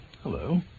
Hello